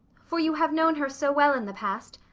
for you have known her so well in the past.